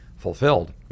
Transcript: fulfilled